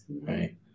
Right